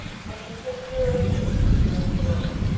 looking the queerest little figure in the world,